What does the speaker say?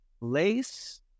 lace